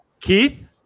Keith